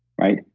right?